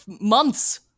months